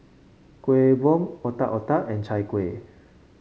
Kueh Bom Otak Otak and Chai Kueh